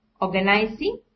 organizing